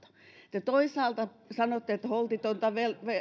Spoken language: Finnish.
te toisaalta sanotte että on holtitonta